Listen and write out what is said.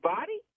body